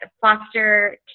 foster